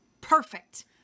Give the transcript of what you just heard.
perfect